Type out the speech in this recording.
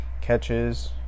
Catches